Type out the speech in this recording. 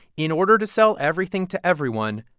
in order to sell everything to everyone,